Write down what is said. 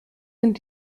sind